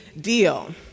deal